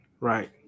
right